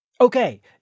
Okay